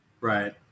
Right